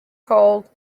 gold